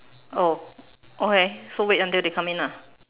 oh okay so wait until they come in lah